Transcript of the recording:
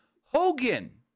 Hogan